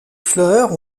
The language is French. fleurs